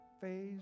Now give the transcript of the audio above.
phase